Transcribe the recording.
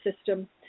system